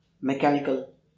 mechanical